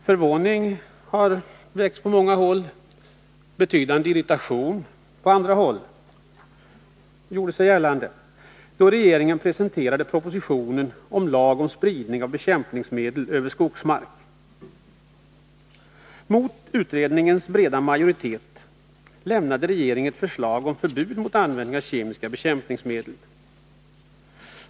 Förvåning har väckts på många håll, och på andra håll uppstod betydande irritation, då regeringen presenterade propositionen om lag om spridning av bekämpningsmedel över skogsmark. Mot utredningens breda majoritet lämnade regeringen ett förslag om förbud mot användande av kemiska bekämpningsmedel.